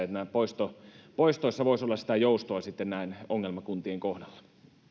että näissä poistoissa voisi olla sitä joustoa sitten näin ongelmakuntien kohdalla